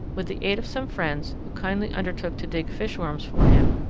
with the aid of some friends, who kindly undertook to dig fishworms for him,